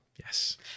yes